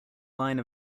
line